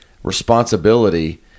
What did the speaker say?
responsibility